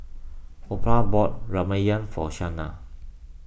Opha bought Ramyeon for Shayna